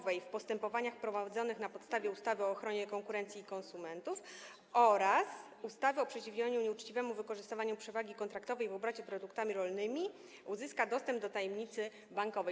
Marszałek ej w postępowaniach prowadzonych na podstawie ustawy o ochronie konkurencji i konsumentów oraz ustawy o przeciwdziałaniu nieuczciwemu wykorzystywaniu przewagi kontraktowej w obrocie produktami rolnymi i uzyska dostęp do tajemnicy bankowej.